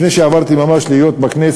ממש לפני שעברתי לכנסת,